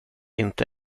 inte